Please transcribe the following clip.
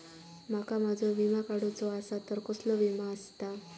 माका माझो विमा काडुचो असा तर कसलो विमा आस्ता?